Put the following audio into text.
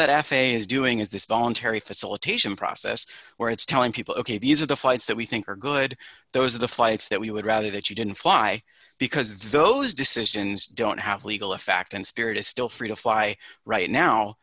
that f a a is doing is this voluntary facilitation process where it's telling people ok these are the flights that we think are good those are the flights that we would rather that you didn't fly because those decisions don't have legal effect and spirit is still free to fly right now